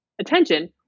attention